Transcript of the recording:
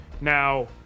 Now